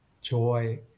joy